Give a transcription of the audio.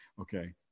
okay